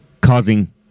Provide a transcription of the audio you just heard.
causing